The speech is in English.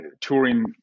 touring